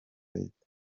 leta